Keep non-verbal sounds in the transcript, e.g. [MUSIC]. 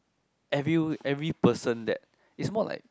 every [NOISE] every person that it's more like